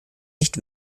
nicht